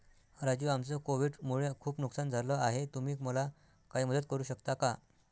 राजू आमचं कोविड मुळे खूप नुकसान झालं आहे तुम्ही मला काही मदत करू शकता का?